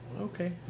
Okay